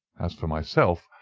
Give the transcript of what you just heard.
as for myself,